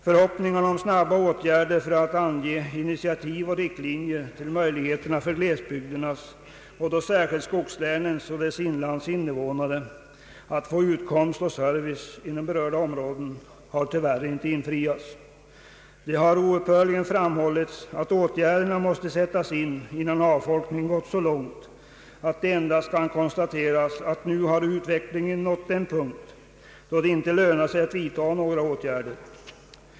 Förhoppningarna om snabba åtgärder för att ange initiativ och riktlinjer till möjligheter för glesbygdernas — och då särskilt skogslänen och deras inlands — invånare att få utkomst och service inom berörda områden har tyvärr inte infriats. Det har oupphörligt framhållits att åtgärderna måste sättas in innan avfolkningen gått så långt, att det endast kan konstateras, att nu har utvecklingen nått den punkt, då det inte lönar sig att vidta några åtgärder.